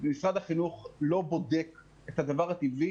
משרד החינוך לא בודק את הדבר הטבעי,